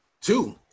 Two